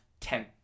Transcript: ten